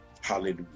Hallelujah